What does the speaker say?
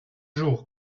jours